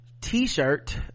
t-shirt